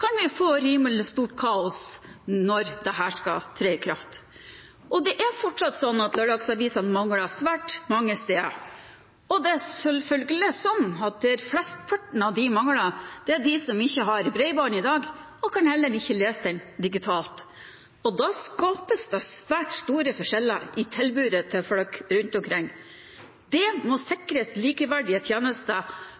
kan vi få et rimelig stort kaos når dette skal tre i kraft. Det er fortsatt sånn at lørdagsaviser mangler svært mange steder, og det er selvfølgelig sånn at der flesteparten av dem mangler, er der det ikke er bredbånd i dag, og dermed kan man heller ikke lese dem digitalt. Da skapes det svært store forskjeller i tilbudet til folk rundt omkring. Det må